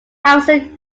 harrison